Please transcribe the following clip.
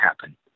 happen